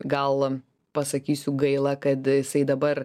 gal pasakysiu gaila kad jisai dabar